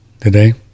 today